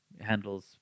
handles